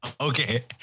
Okay